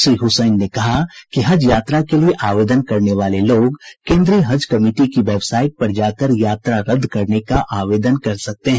श्री हुसैन ने कहा कि हज यात्रा के लिए आवेदन करने वाले लोग केन्द्रीय हज कमिटी की वेबसाईट पर जाकर यात्रा रद्द करने का आवेदन कर सकते हैं